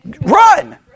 Run